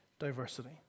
diversity